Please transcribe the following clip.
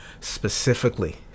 specifically